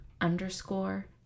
underscore